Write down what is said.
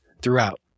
throughout